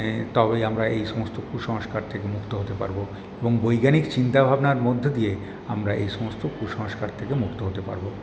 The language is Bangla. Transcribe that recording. তবেই আমরা এই সমস্ত কুসংস্কার থেকে মুক্ত হতে পারবো এবং বৈজ্ঞানিক চিন্তাভাবনার মধ্যে দিয়ে আমরা এইসমস্ত কুসংস্কার থেকে মুক্ত হতে পারবো